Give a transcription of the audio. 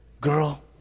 girl